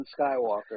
skywalker